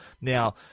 Now